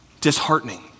disheartening